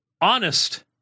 honest